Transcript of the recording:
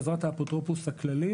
בעזרת האפוטרופוס הכללי,